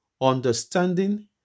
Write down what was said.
understanding